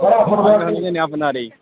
আপনারই